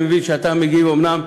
אני מבין שאתה מגיב אומנם,